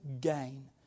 gain